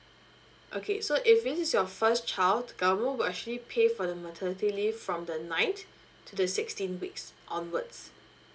okay so if this is your first child the government will actually pay for the maternity leave from the ninth to the sixteen weeks onwards